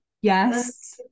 yes